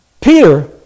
Peter